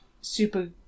super